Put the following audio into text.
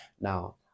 Now